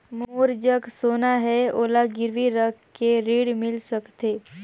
मोर जग सोना है ओला गिरवी रख के ऋण मिल सकथे?